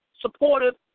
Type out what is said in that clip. supportive